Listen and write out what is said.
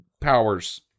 powers